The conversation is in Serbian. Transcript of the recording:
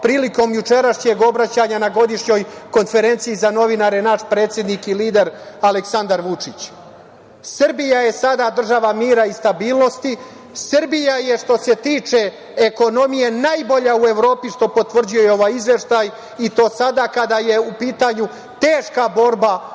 prilikom jučerašnjeg obraćanja na godišnjoj konferenciji za novinare, naš predsednik i lider, Aleksandar Vučić, Srbija je sada država mira i stabilnosti, Srbija je što se tiče ekonomije najbolja u Evropi, što potvrđuje i ovaj Izveštaj i to sada kada je u pitanju teška borba za